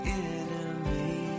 enemy